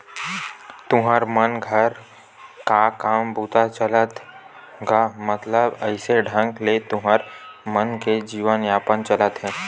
तुँहर मन घर का काम बूता चलथे गा मतलब कइसे ढंग ले तुँहर मन के जीवन यापन चलथे?